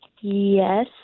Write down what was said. Yes